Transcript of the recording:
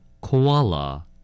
Koala